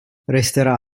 resterà